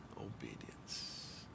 obedience